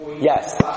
Yes